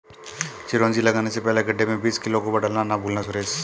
चिरौंजी लगाने से पहले गड्ढे में बीस किलो गोबर डालना ना भूलना सुरेश